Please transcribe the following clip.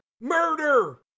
Murder